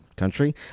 country